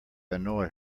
annoy